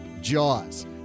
Jaws